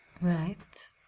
Right